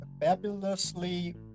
fabulously